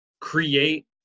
create